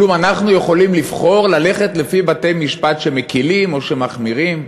כלום אנחנו יכולים לבחור ללכת לפי בתי-משפט שמקלים או שמחמירים?